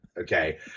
okay